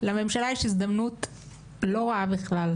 לממשלה יש הזדמנות לא רעה בכלל,